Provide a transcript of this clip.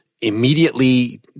immediately